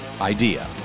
idea